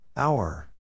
Hour